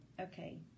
Okay